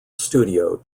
studio